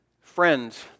friends